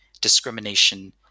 discrimination